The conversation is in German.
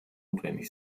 notwendig